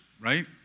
right